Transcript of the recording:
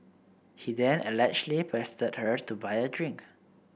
he then allegedly pestered her to buy a drink